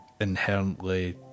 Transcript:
inherently